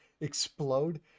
explode